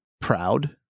proud